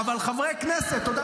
זה לא סוד מדינה.